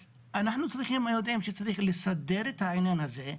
אז צריך לסדר את העניין הזה,